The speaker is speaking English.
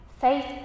faith